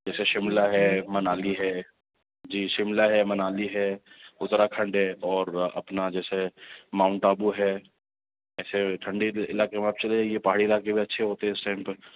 جیسے شملہ ہے منالی ہے جی شملہ ہے منالی ہے اتراکھنڈ ہے اور اپنا جیسے ماؤنٹ ابو ہے جیسے ٹھنڈی علاقے میں آپ چلے جائیے پہاڑی علاقے بھی اچھے ہوتے اس ٹائم پہ